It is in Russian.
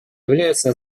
являются